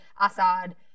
Assad